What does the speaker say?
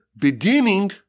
beginning